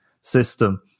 system